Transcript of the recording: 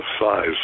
size